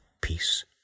peace